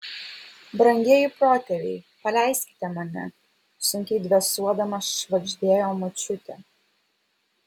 brangieji protėviai paleiskite mane sunkiai dvėsuodama švagždėjo močiutė